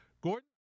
Gordon